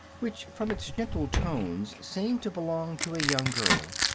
which from its gentle tones seemed to belong to a young girl.